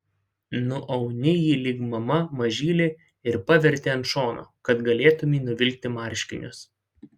nuauni jį lyg mama mažylį ir paverti ant šono kad galėtumei nuvilkti marškinius